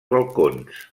balcons